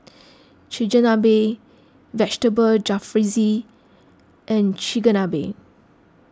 Chigenabe Vegetable Jalfrezi and Chigenabe